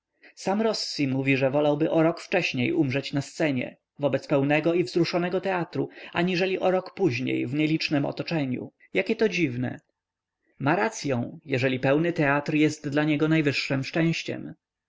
sam rossi mówi że wolałby o rok wcześniej umrzeć na scenie wobec pełnego i wzruszonego teatru aniżeli o rok później w nielicznem otoczeniu jakie to dziwne ma racyą jeżeli pełny teatr jest dla niego najwyższem szczęściem